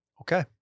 Okay